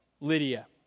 Lydia